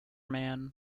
man